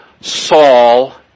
Saul